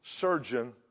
surgeon